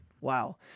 Wow